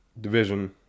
division